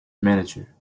manager